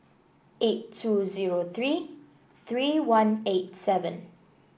eight two zero three three one eight seven